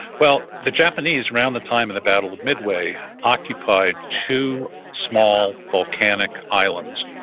well, the japanese around the time of the battle of midway occupied two small volcanic islands,